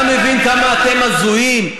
אתה מבין כמה אתם הזויים,